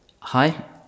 Hi